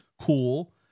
Cool